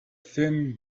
thin